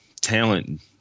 talent